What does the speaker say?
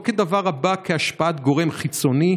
לא כדבר הבא בהשפעת גורם חיצוני,